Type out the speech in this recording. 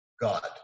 God